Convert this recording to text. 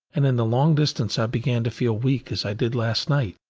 and in the long distance i began to feel weak, as i did last night.